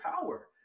power